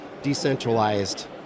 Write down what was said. decentralized